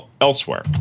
elsewhere